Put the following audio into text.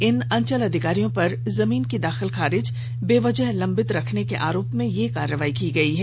इन अंचलाधिकारियों पर जमीन की दाखिल खारिज बेवजह लंबित रखने के आरोप में यह कार्रवाई की गई है